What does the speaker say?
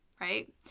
right